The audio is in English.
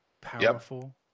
powerful